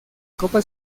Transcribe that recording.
copa